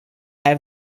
have